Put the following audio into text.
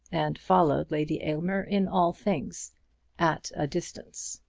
and followed lady aylmer in all things at a distance.